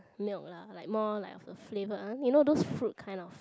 milk lah like more like the flavoured one you know those fruit kind of